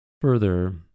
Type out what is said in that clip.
further